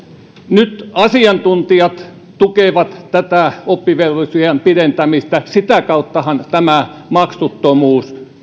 nyt asiantuntijat tukevat oppivelvollisuusiän pidentämistä sitä kauttahan tämä maksuttomuus